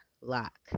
lock